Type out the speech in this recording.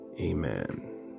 Amen